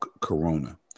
Corona